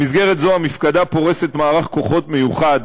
במסגרת זו המפקדה פורסת מערך כוחות מיוחד